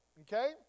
Okay